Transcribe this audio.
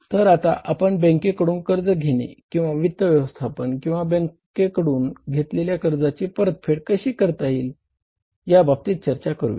तर आता आपण बँकेकडून कर्ज घेणे किंवा वित्त व्यवस्थापन किंवा बँकेकडून घेतलेल्या कर्जाची परतफेड कशी करता येईल या बाबतीत चर्चा करूया